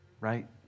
Right